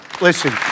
listen